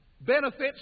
benefits